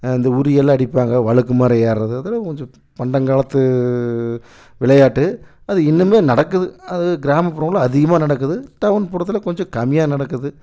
இந்த உறி எல்லாம் அடிப்பாங்க வழுக்கு மரம் ஏறுறது அதெல்லாம் கொஞ்சம் பண்டங்காலத்து விளையாட்டு அது இன்னும்மே நடக்குது அது கிராமப்புறங்களில் அதிகமாக நடக்குது டவுன்புறத்தில் கொஞ்சம் கம்மியாக நடக்குது